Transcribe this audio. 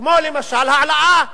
כמו למשל העלאת הבלו,